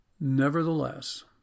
Nevertheless